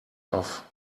off